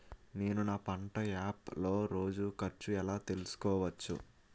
నేను నా పంట యాప్ లో రోజు ఖర్చు ఎలా తెల్సుకోవచ్చు?